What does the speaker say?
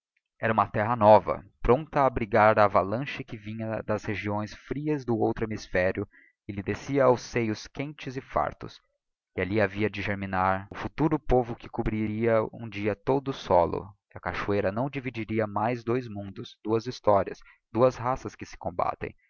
era uma terra nova prompta a abrigar a avalanche que vinha das regiões frias do outro hemispherio e lhe descia aos seios quentes e fartos e alli havia de germinar o futuro povo que cobriria um dia todo o solo e a cachoeira não dividiria mais dois mundos duas historias duas raças que se combatem